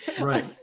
Right